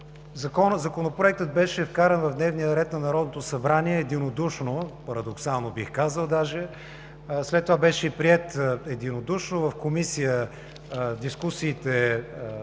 Законопроектът беше вкаран в дневния ред на Народното събрание единодушно, парадоксално, бих казал, даже. След това беше приет единодушно. В Комисията дискусиите